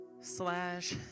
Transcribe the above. slash